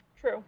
True